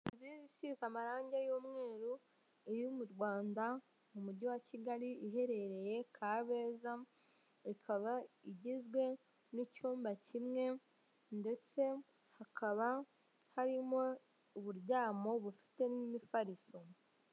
Inzu isize amarangi y'umweru iri mu Rwanda mu mujyi wa Kigali, iherereye kabeza ikaba igizwe n'icyumba kimwe ndetse hakaba harimo uburyamo bufite n'imifariso.